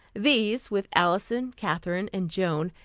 these with alison, katherine and joan,